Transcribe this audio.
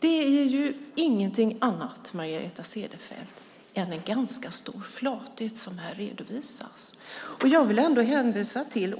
Det är ingenting annat, Margareta Cederfelt, än en ganska stor flathet som här redovisas. Jag vill hänvisa till